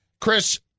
Chris